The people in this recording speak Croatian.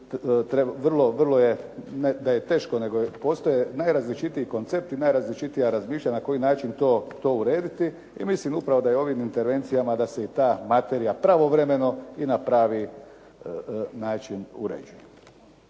da je teško, nego postoje najrazličitiji koncepti, najrazličitija razmišljanja na koji način to urediti. I mislim upravo da je ovim intervencijama da se i ta materija pravovremeno i na pravi način uređuje.